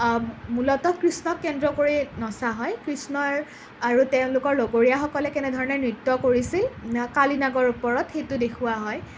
মূলতঃ কৃষ্ণক কেন্দ্ৰ কৰি নচা হয় কৃষ্ণৰ আৰু তেওঁলোকৰ লগৰীয়াসকলে কেনেধৰণে নৃত্য কৰিছিল কালি নাগৰ ওপৰত সেইটো দেখুওৱা হয়